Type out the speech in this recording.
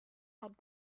had